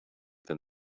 than